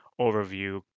overview